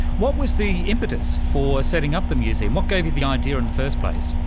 what was the impetus for setting up the museum? what gave you the idea in the first place?